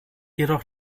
jedoch